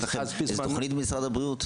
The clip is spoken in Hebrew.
יש לכם איזו תוכנית במשרד הבריאות?